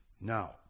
Now